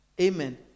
amen